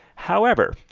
however,